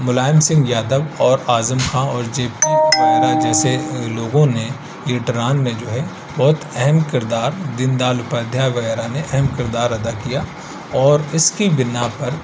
ملائم سنگھ یادو اور اعظم خاں اور J P وغیرہ جیسے لوگوں نے لیڈران میں جو ہے بہت اہم کردار دین دیال اپادھیائے وغیرہ نے اہم کردار ادا کیا اور اس کی بنا پر